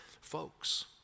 folks